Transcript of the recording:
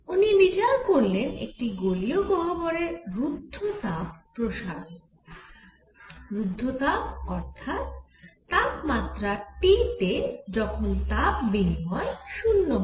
উনি বিচার করলেন একটি গোলীয় গহ্বরের রূদ্ধতাপ প্রসারণ রূদ্ধতাপ অর্থাৎ তাপমাত্রা T তে যখন তাপ বিনিময় 0 হয়